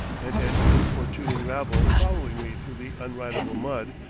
and an importuning rabble following me through the unridable mud,